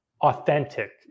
authentic